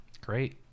Great